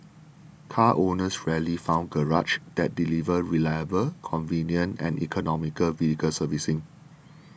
car owners rarely found garages that delivered reliable convenient and economical vehicle servicing